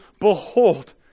behold